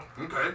okay